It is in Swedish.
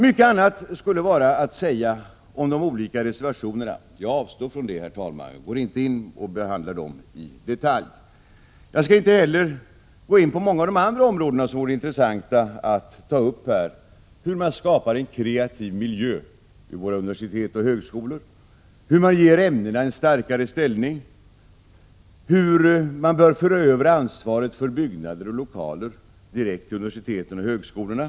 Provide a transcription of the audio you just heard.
Mycket annat skulle vara att säga om de olika reservationerna, men jag avstår från att gå in på dem i detalj. Jag skall inte heller beröra många av de andra områden som vore intressanta att ta upp: hur man skapar en kreativ miljö vid våra universitet och högskolor, hur man ger ämnena en starkare ställning, hur man kan föra över ansvaret för byggnader och lokaler till universiteten och högskolorna.